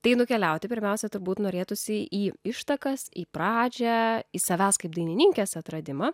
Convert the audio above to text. tai nukeliauti pirmiausia turbūt norėtųsi į ištakas į pradžią į savęs kaip dainininkės atradimą